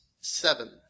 seven